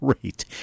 great